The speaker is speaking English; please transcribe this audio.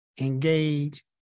engage